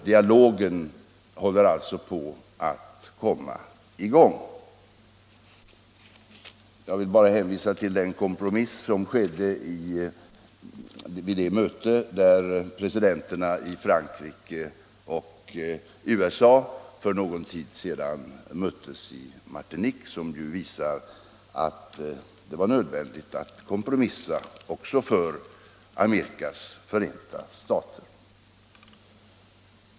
Dialogen håller alltså på att komma i gång. Jag vill bara hänvisa till den kompromiss som skedde när presidenterna i Frankrike och USA för någon tid sedan möttes på Martinique och som ju visar att det var nödvändigt att kompromissa också för Amerikas förenta stater.